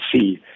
see